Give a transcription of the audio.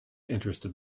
interested